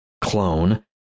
clone